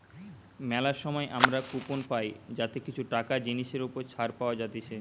মেলা সময় আমরা কুপন পাই যাতে কিছু টাকা জিনিসের ওপর ছাড় পাওয়া যাতিছে